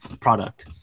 product